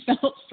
felt